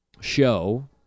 show